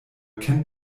kennt